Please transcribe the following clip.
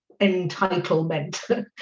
entitlement